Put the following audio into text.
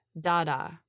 dada